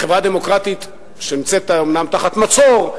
חברה דמוקרטית שאומנם נמצאת תחת מצור,